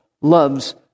loves